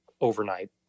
overnight